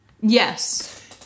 Yes